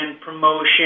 promotion